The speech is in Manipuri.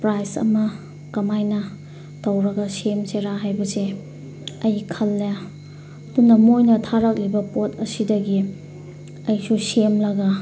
ꯄ꯭ꯔꯥꯏꯁ ꯑꯃ ꯀꯃꯥꯏꯅ ꯇꯧꯔꯒ ꯁꯦꯝꯁꯤꯔꯥ ꯍꯥꯏꯕꯁꯦ ꯑꯩ ꯈꯜꯂꯦ ꯑꯗꯨꯅ ꯃꯣꯏꯅ ꯊꯥꯔꯛꯂꯤꯕ ꯄꯣꯠ ꯑꯁꯤꯗꯒꯤ ꯑꯩꯁꯨ ꯁꯦꯝꯂꯒ